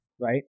right